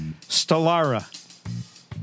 Stellara